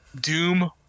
Doom